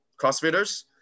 CrossFitters